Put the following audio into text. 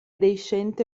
deiscente